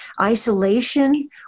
isolation